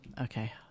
Okay